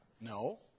No